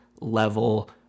level